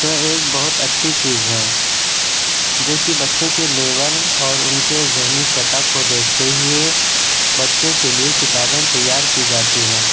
تو ایک بہت اچھی چیز ہے جو کہ بچوں کے لیول اور ان کے ذہنی سطح کو دیکھتے ہوئے بچوں کے لیے کتابیں تیار کی جاتی ہیں